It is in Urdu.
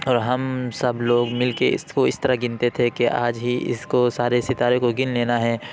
ہم سب لوگ مل کے اس کو اس طرح گنتے تھے کہ آج ہی اس کو سارے ستارے کو گن لینا ہے